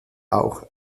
auch